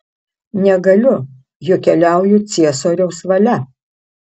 negaliu juk keliauju ciesoriaus valia